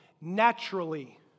naturally